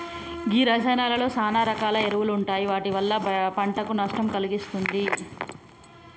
గీ రసాయానాలలో సాన రకాల ఎరువులు ఉంటాయి వాటి వల్ల పంటకు నష్టం కలిగిస్తుంది